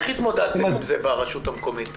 איך התמודדתם עם זה, ברשות המקומית?